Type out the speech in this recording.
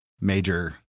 major